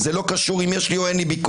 וזה לא קשור אם יש לי או אין לי ביקורת,